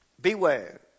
Beware